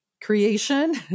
creation